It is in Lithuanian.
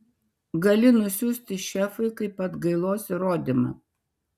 gali nusiųsti šefui kaip atgailos įrodymą